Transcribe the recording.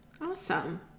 Awesome